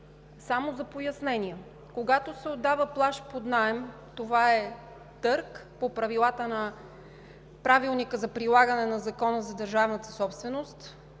Само за пояснение: когато се отдава плаж под наем, това е търг по Правилника за прилагане на Закона за държавната собственост